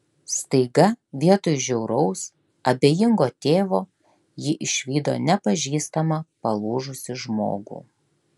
staiga vietoj žiauraus abejingo tėvo ji išvydo nepažįstamą palūžusį žmogų